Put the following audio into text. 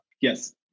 Yes